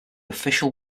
official